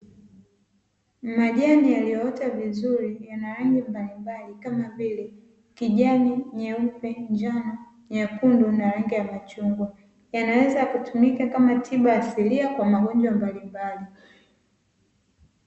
Majani yaliyoota vizuri yana rangi mbalimbali kama vile kijani, nyeupe, njano, nyekunda na rangi ya chungwa yanaweza kutumika kama tiba asilia kwa magonjwa mbalimbali.